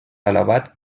alabat